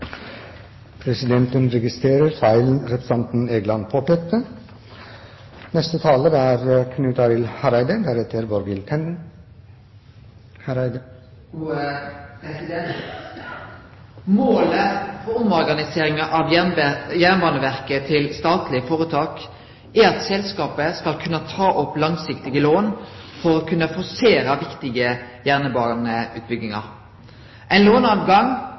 Målet for omorganiseringa av Jernbaneverket til statleg føretak er at selskapet skal kunne ta opp langsiktige lån for å kunne forsere viktige